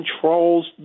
controls